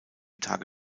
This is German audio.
tage